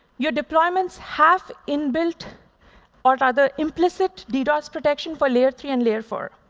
your deployments have inbuilt or rather implicit ddos protection for layer three and layer four.